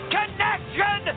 Connection